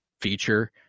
feature